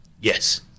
Yes